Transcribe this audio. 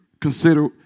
consider